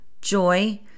joy